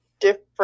different